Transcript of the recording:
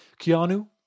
Keanu